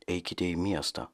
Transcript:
eikite į miestą